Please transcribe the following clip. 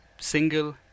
single